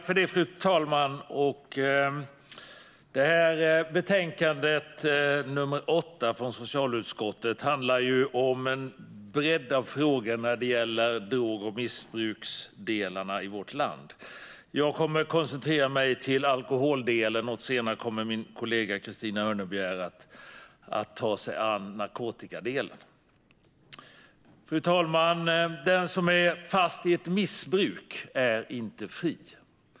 Fru talman! Socialutskottets betänkande 8 handlar om en bredd av frågor när det gäller droger och missbruk i vårt land. Jag kommer att koncentrera mig på det som handlar om alkohol, och senare kommer min kollega Christina Örnebjär att tala om det som handlar om narkotika. Fru talman! Den som är fast i ett missbruk är inte fri.